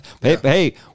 hey